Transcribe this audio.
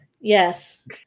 Yes